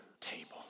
table